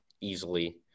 easily